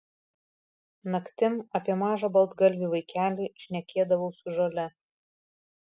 naktim apie mažą baltgalvį vaikelį šnekėdavau su žole